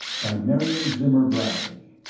by marion zimmer bradley